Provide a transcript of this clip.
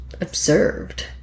observed